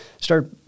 start